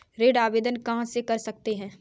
ऋण आवेदन कहां से कर सकते हैं?